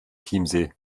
chiemsee